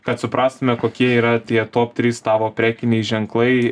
kad suprastume kokie yra tie top trys tavo prekiniai ženklai